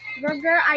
burger